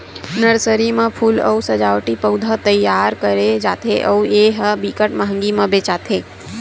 nursery म फूल अउ सजावटी पउधा तइयार करे जाथे अउ ए ह बिकट मंहगी म बेचाथे